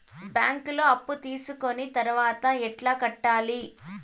బ్యాంకులో అప్పు తీసుకొని తర్వాత ఎట్లా కట్టాలి?